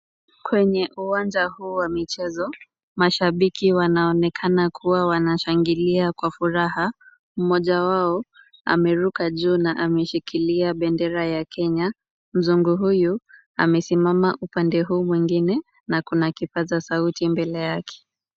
Kwenye uwanja huu wa michezo, mashabiki wanaonekana kuwa wanashangilia kwa furaha. Mmoja wao, ameruka juu na ameshikilia bendera ya Kenya, mzungu huyu amesimama upande huu mwingine na ako na kipaza sauti mbele yake.